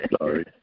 Sorry